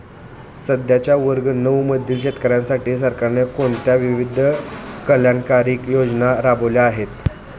सध्याच्या वर्ग नऊ मधील शेतकऱ्यांसाठी सरकारने कोणत्या विविध कल्याणकारी योजना राबवल्या आहेत?